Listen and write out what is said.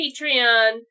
Patreon